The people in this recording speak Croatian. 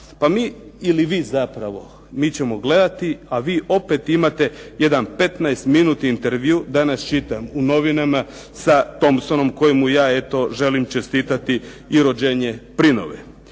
Pa mi ili vi zapravo, mi ćemo gledati a vi opet imate jedan 15 minutni intervju danas čitam u novinama sa Thompsonom kojemu ja eto želim čestitati i rođenje prinove.